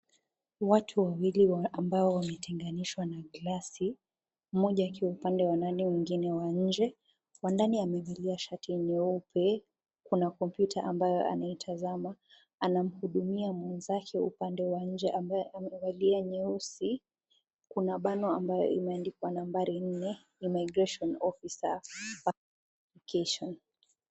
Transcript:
Watu wawili ambao wametenganishwa na glasi, Mmoja akiwa upande wa ndani mwingine wa nje wa ndani amevalia shati ya nyeupe kuna kompyuta ambaye anaitazama, anamhudumia muuzaji wa kwa nje amevalia nyeusi, Kuna bano ambao imeandikwa nambari nne immigration ofisa.